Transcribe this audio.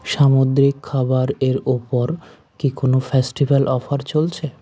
সামুদ্রিক খাবার এর ওপর কি কোনও ফেস্টিভাল অফার চলছে